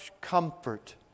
comfort